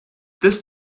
this